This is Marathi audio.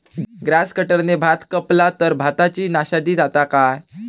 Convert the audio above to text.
ग्रास कटराने भात कपला तर भाताची नाशादी जाता काय?